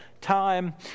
time